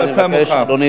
מאוחר.